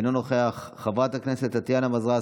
אינו נוכח, חברת הכנסת טטיאנה מזרסקי,